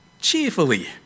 cheerfully